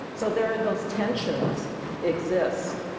so there are those tensions exist,